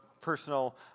personal